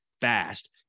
fast